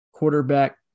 quarterback